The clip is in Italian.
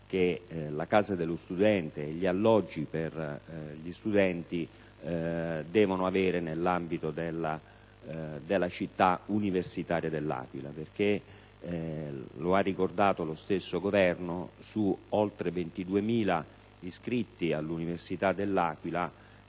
che la Casa dello studente, ossia gli alloggi per gli studenti, deve avere nell'ambito della città universitaria dell'Aquila. Infatti, come ha ricordato lo stesso Governo, su oltre 22.000 iscritti all'università dell'Aquila,